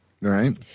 Right